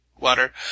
water